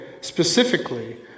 specifically